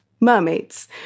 mermaids